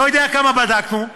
לא יודע כמה בדקנו,